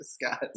discuss